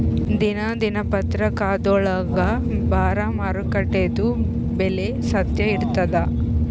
ದಿನಾ ದಿನಪತ್ರಿಕಾದೊಳಾಗ ಬರಾ ಮಾರುಕಟ್ಟೆದು ಬೆಲೆ ಸತ್ಯ ಇರ್ತಾದಾ?